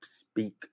speak